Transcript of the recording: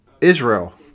Israel